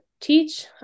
teach